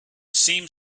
seemed